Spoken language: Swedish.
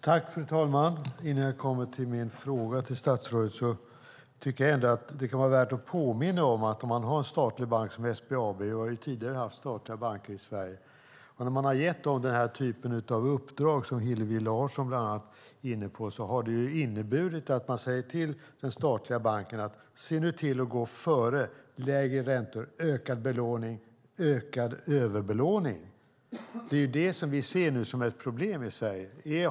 Fru talman! Innan jag kommer till min fråga till statsrådet kan det vara värt att påminna om att när en statlig bank som SBAB - det har tidigare funnits statliga banker i Sverige - får ett sådant uppdrag som Hillevi Larsson var inne på, har det inneburit att man har sagt till den statliga banken att gå före med lägre räntor, ökad belåning och ökad överbelåning. Det är problemet i Sverige.